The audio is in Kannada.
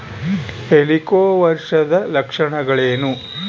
ಹೆಲಿಕೋವರ್ಪದ ಲಕ್ಷಣಗಳೇನು?